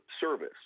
service